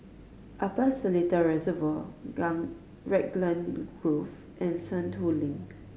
Upper Seletar Reservoir Raglan Grove and Sentul Link